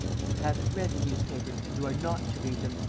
you haven't read the newspapers and you are not to read them.